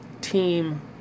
team